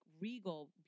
regal